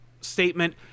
statement